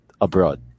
abroad